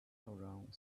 around